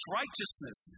righteousness